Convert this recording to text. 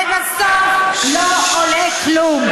זה בסוף לא עולה כלום.